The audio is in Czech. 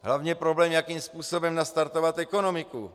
Hlavně problém, jakým způsobem nastartovat ekonomiku.